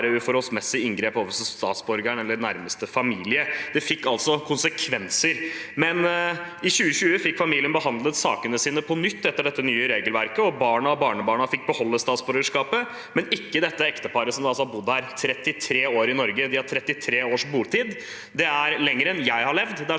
uforholdsmessig inngrep overfor statsborgeren eller nærmeste familie. Det fikk altså konsekvenser. I 2020 fikk familien behandlet sakene sine på nytt, etter det nye regelverket. Barna og barnebarna fikk beholde statsborgerskapet, men ikke ekteparet, som altså har bodd 33 år i Norge. De har 33 års botid. Det er lenger enn jeg har levd,